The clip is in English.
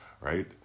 right